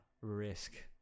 risk